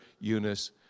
Eunice